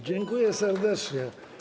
Dziękuję serdecznie.